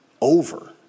over